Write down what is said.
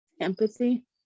empathy